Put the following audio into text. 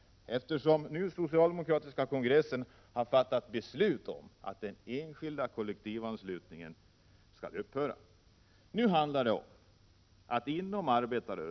1987/88:31 socialdemokratiska kongressen har fattat beslut om att den enskilda kollek 25 november 1987 tivanslutningen skall upphöra. Nu handlar det om att inom arbetarrörelsen = mv.